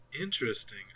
Interesting